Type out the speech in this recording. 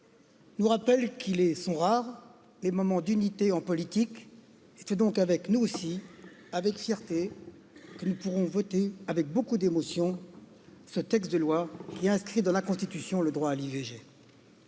nous rappelle qu'ils sont rares les moments d'unité en politique et c'est donc avec nous aussi, avec fierté, que nous pourrons voter avec beaucoup d'émotions loi et inscrit dans la Constitution le droit à l'i V G.